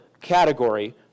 category